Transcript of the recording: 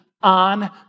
on